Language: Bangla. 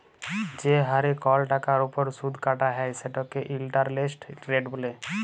যে হারে কল টাকার উপর সুদ কাটা হ্যয় সেটকে ইলটারেস্ট রেট ব্যলে